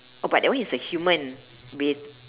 oh but that one is a human with